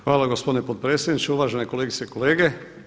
Hvala gospodine potpredsjedniče, uvažene kolegice i kolege.